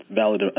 valid